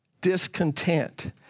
discontent